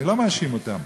אני לא מאשים אותם,